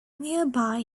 nearby